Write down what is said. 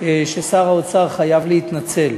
ששר האוצר חייב להתנצל,